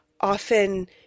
often